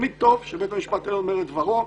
תמיד טוב שבית המשפט העליון אומר את דברו.